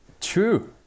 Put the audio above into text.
True